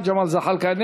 אינה